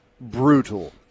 brutal